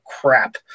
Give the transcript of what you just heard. crap